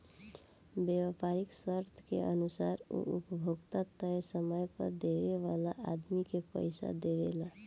व्यापारीक शर्त के अनुसार उ उपभोक्ता तय समय पर देवे वाला आदमी के पइसा देवेला